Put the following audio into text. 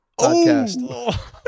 podcast